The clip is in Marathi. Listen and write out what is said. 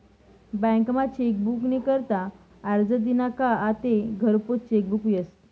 बँकमा चेकबुक नी करता आरजं दिना का आते घरपोच चेकबुक यस